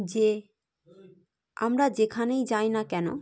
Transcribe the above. যে আমরা যেখানেই যাই না কেন